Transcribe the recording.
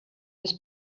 his